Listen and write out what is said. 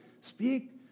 Speak